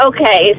Okay